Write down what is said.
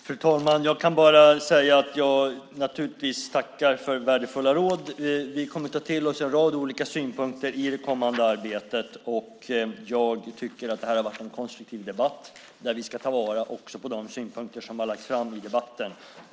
Fru talman! Jag kan bara säga att jag naturligtvis tackar för värdefulla råd. Vi kommer att ta till oss en rad olika synpunkter i det kommande arbetet. Jag tycker att det här har varit en konstruktiv debatt där vi ska ta vara också på de synpunkter som har lagts fram i debatten.